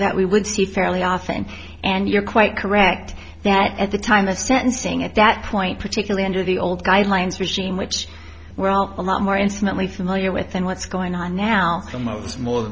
that we would see fairly often and you're quite correct that at the time of sentencing at that point particularly under the old guidelines regime which well a lot more intimately familiar with than what's going on